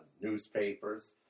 newspapers